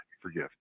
forgive